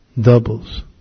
doubles